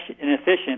inefficient